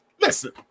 listen